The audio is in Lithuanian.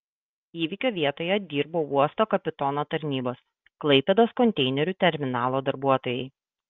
įvykio vietoje dirbo uosto kapitono tarnybos klaipėdos konteinerių terminalo darbuotojai